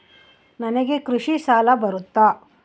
ನನಗೆ ಕೃಷಿ ಸಾಲ ಬರುತ್ತಾ?